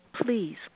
Please